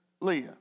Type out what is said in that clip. Leah